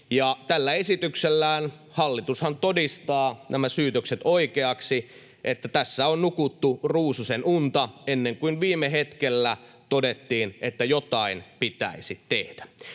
Tällä esityksellään hallitushan todistaa nämä syytökset oikeaksi, että tässä on nukuttu ruususen unta ennen kuin viime hetkellä todettiin, että jotain pitäisi tehdä.